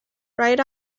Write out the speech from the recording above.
right